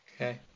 okay